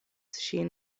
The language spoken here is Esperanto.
ŝin